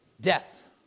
death